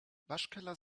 waschkeller